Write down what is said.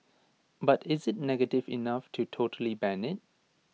but is IT negative enough to totally ban IT